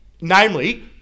Namely